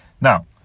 Now